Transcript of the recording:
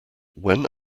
when